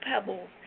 pebbles